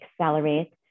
accelerate